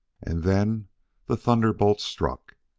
and then the thunderbolt struck.